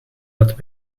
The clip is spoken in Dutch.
dat